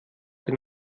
den